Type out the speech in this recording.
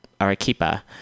Arequipa